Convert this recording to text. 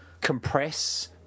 compress